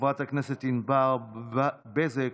חברת הכנסת ענבר בזק